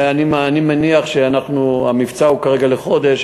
המבצע הוא כרגע לחודש,